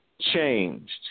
changed